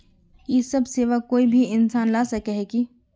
इ सब सेवा कोई भी इंसान ला सके है की?